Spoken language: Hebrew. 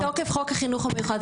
זה מתוקף חוק החינוך המיוחד.